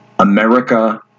America